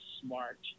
smart